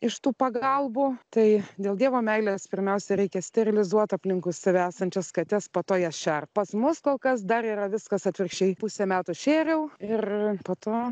iš tų pagalbų tai dėl dievo meilės pirmiausia reikia sterilizuot aplinkui save esančias kates po to jas šerti pas mus kol kas dar yra viskas atvirkščiai pusę metų šėriau ir po to